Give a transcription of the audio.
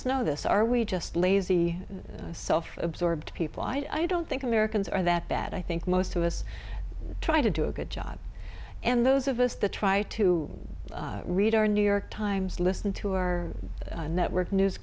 know this are we just lazy self absorbed people i don't think americans are that bad i think most of us try to do a good job and those of us the try to read our new york times listen to our network news